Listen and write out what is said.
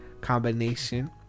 combination